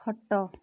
ଖଟ